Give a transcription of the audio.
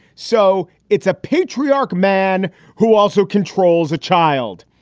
so it's a patriarch man who also controls a child.